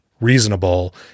reasonable